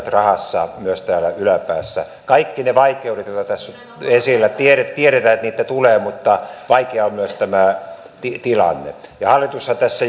näkyvät rahassa myös täällä yläpäässä kaikki ne vaikeudet joita tässä on ollut esillä tiedetään tiedetään että niitä tulee mutta vaikea on myös tämä tilanne ja hallitushan tässä